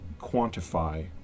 quantify